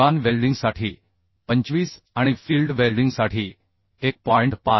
दुकान वेल्डिंगसाठी 25 आणि फील्ड वेल्डिंगसाठी 1 असेल